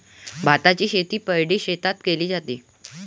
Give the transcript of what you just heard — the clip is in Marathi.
भाताची शेती पैडी शेतात केले जाते